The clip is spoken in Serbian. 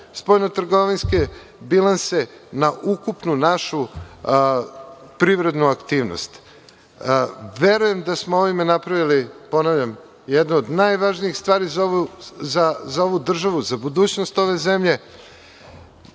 spoljnotrgovinske bilanse, na ukupnu našu privrednu aktivnost. Verujem da smo ovim napravili, ponavljam, jednu od najvažnijih stvari za ovu državu, za budućnost ove zemlje.